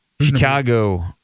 Chicago